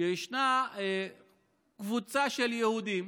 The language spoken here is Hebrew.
שישנה קבוצה של יהודים